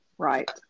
Right